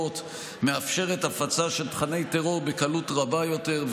מאפשרות הפצה של תוכני טרור בקלות רבה יותר,